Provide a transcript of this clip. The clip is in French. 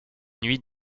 nuits